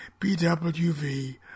BWV